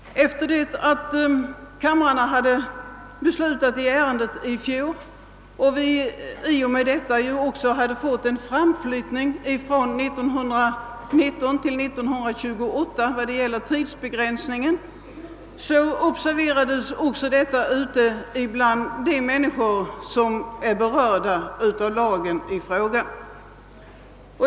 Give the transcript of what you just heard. | Efter det att kamrarna hade beslutat i ärendet i fjol och vi i och med detta hade fått till stånd en framflytt ning ifrån 1919 till 1928 av den för tilllämpningen av lagen avgörande tidpunkten observerades detta ute bland de människor som är berörda av lagen.